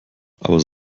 aber